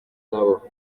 nabo